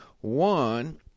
One